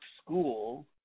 school